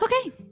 Okay